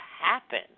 happen